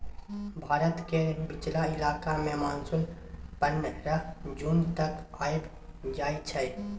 भारत केर बीचला इलाका मे मानसून पनरह जून तक आइब जाइ छै